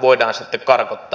voidaan sitten karkottaa